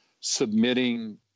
submitting